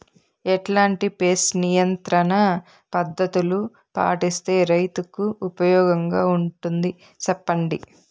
ఎట్లాంటి పెస్ట్ నియంత్రణ పద్ధతులు పాటిస్తే, రైతుకు ఉపయోగంగా ఉంటుంది సెప్పండి?